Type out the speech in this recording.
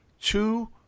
two